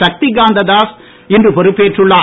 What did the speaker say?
சக்தி காந்த தாஸ் இன்று பொறுப்பேற்றுள்ளார்